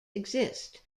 exist